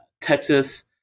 Texas